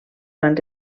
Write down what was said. van